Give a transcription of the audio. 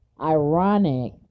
ironic